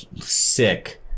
sick